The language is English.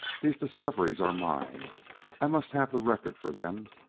these discoveries are mine i must have the records for them.